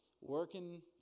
working